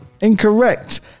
Incorrect